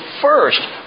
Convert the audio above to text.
first